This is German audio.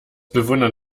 bewundern